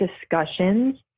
discussions